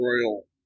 royal